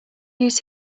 use